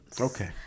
Okay